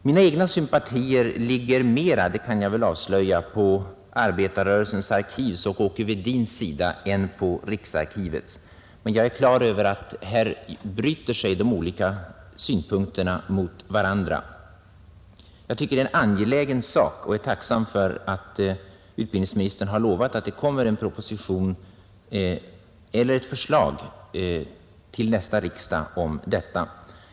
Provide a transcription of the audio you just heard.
Mina egna sympatier ligger mera — det kan jag väl avslöja — på Arbetarrörelsens arkivs och Åke Wedins sida än på riksarkivets, men jag är klar över att här bryter sig de olika synpunkterna mot varandra. Jag tycker att stöd till folkrörelsearkiven är en angelägen sak och är tacksam för att utbildningsministern har lovat att det kommer ett förslag till nästa riksdag om detta.